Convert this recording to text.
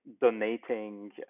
donating